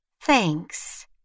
Thanks